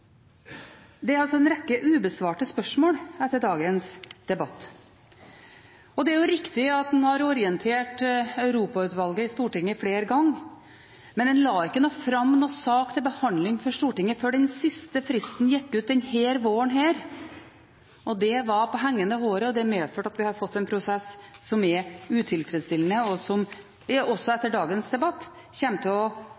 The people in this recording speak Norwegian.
Det er altså fullt mulig også å kunne ha arrangement med EU og samarbeide med EU på finansmarkedssiden uten å være en del av finanstilsynet på en eller annen måte. Det er en rekke ubesvarte spørsmål etter dagens debatt. Det er riktig at en har orientert Europautvalget i Stortinget flere ganger, men en la ikke fram noen sak til behandling for Stortinget før den siste fristen gikk ut denne våren – og det var på hengende håret. Det